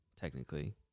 technically